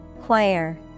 Choir